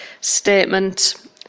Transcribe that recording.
statement